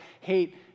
hate